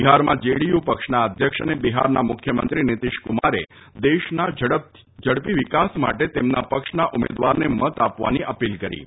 બિહારમાં જેડીયુ પક્ષના અધ્યક્ષ અને બિહારના મુખ્યમંત્રી નીતિશકુમારે દેશના ઝડપી વિકાસ માટે તેમના પક્ષના ઉમેદવારોને મત આપવાની અપીલ કરી હતી